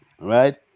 right